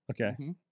Okay